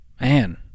Man